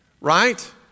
right